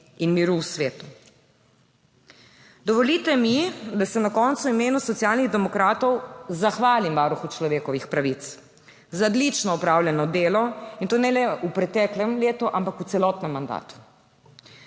in miru v svetu. Dovolite mi, da se na koncu v imenu Socialnih demokratov zahvalim Varuhu človekovih pravic za odlično opravljeno delo, in to ne le v preteklem letu, ampak v celotnem mandatu.